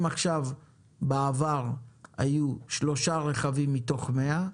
אם בעבר היו שלושה רכבים מתוך מאה,